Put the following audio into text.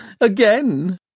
again